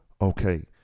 okay